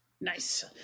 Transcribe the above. Nice